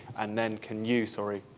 and then can you, sorry,